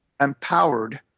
empowered